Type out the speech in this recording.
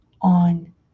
on